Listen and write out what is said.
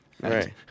Right